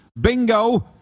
bingo